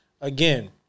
again